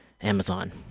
Amazon